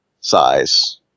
size